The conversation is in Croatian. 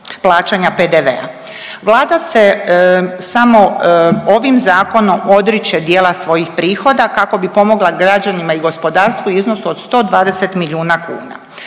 plaćanja PDV-a. Vlada se samo ovim Zakonom odriče dijela svojih prihoda kako bi pomogla građanima i gospodarstvu u iznosu od 120 milijuna kuna.